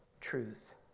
truth